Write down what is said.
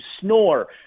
snore